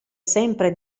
sempre